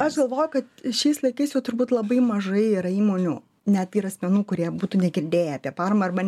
aš galvoju kad šiais laikais jau turbūt labai mažai yra įmonių net ir asmenų kurie būtų negirdėję apie paramą arba